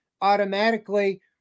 automatically